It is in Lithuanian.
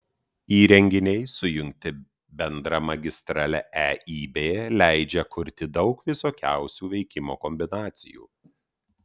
įrenginiai sujungti bendra magistrale eib leidžia kurti daug visokiausių veikimo kombinacijų